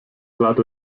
trat